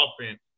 offense